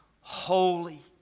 holy